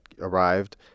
arrived